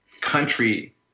country